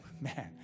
man